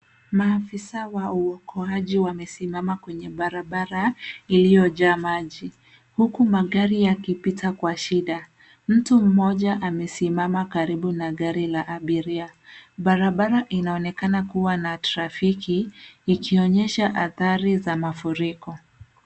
Maafisa wa uokoaji wamesimama kwenye barabara iliyojaa maji, huku magari yakipita kwa shida. Mtu mmoja amesimama karibu na gari la abiria. Barabara inaonekana kuwa na trafiki ikionyesha hadhari za mafuriko.